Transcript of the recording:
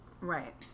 Right